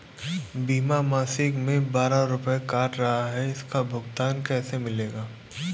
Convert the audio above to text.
बीमा मासिक में बारह रुपय काट रहा है इसका भुगतान कैसे मिलेगा?